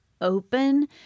open